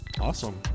Awesome